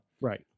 right